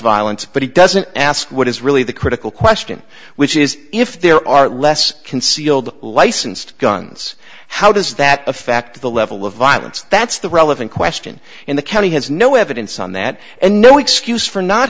violence but he doesn't ask what is really the critical question which is if there are less concealed licensed guns how does that affect the level of violence that's the relevant question in the county has no evidence on that and no excuse for not